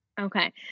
Okay